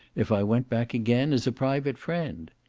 if i went back again, as a private friend.